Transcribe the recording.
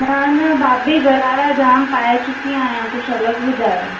न न भाभी गरारा जाम पाए चुकी आहियां कुझु अलॻि ॿुधायो